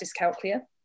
dyscalculia